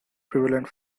prevalent